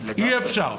אי-אפשר.